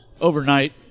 overnight